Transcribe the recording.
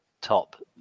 Top